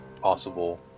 possible